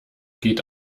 geht